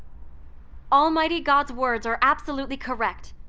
almighty god's words are absolutely correct.